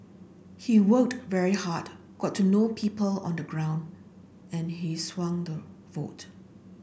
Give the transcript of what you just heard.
he worked very hard got to know people on the ground and he swung the vote